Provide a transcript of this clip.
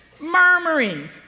murmuring